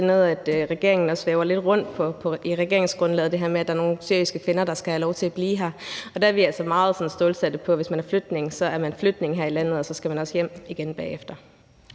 altså det her med, at der er nogle syriske kvinder, der skal have lov til at blive her, og der er vi altså meget stålsatte på, at hvis man er flygtning, så er man flygtning her i landet, og så skal man også hjem igen bagefter.